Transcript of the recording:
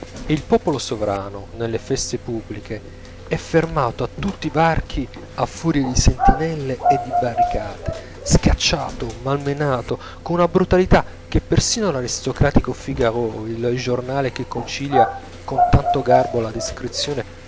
il popolo sovrano nelle feste pubbliche è fermato a tutti i varchi a furia di sentinelle e di barricate scacciato malmenato con una brutalità che persino l'aristocratico figaro il giornale che concilia con tanto garbo la descrizione